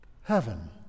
heaven